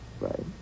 Right